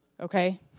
Okay